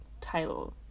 title